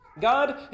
god